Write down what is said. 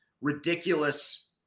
ridiculous